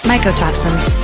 Mycotoxins